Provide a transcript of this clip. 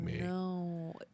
no